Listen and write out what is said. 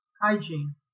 hygiene